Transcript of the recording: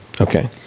Okay